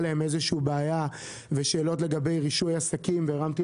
שהייתה להם איזושהי בעיה ושאלות לגבי רישוי עסקים והרמתי